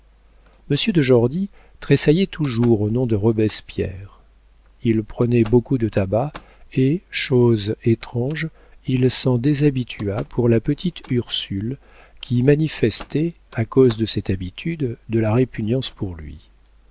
de jordy tressaillait toujours au nom de robespierre il prenait beaucoup de tabac et chose étrange il s'en déshabitua pour la petite ursule qui manifestait à cause de cette habitude de la répugnance pour lui